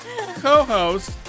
co-host